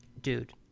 Dude